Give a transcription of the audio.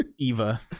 eva